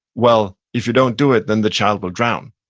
well, if you don't do it, then the child will drown.